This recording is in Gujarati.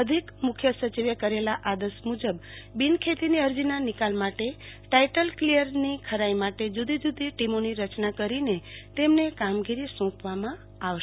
અધિક મુખ્ય સચિવે કરેલા આદેશ મુજબ બિનખેતીની અરજીના નિકાલ માટે ટાઈટલ કલીયરની ખરાઈ માટે જુદી જુદી ટીમોની રચના કરીને તેમને કામગીરી સોપવામાં આવશે